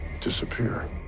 disappear